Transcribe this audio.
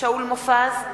שאול מופז,